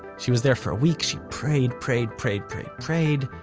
she was there for a week, she prayed, prayed, prayed, prayed, prayed,